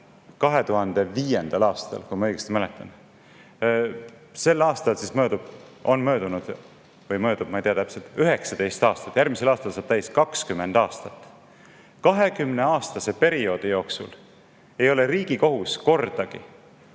2005. aastal, kui ma õigesti mäletan. Sel aastal möödub – on möödunud või möödub, ma ei tea täpselt – 19 aastat, järgmisel aastal saab täis 20 aastat. 20 aastat pika perioodi jooksul ei ole Riigikohus kordagi